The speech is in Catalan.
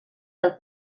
del